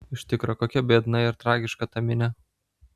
iš tikro kokia biedna ir tragiška ta minia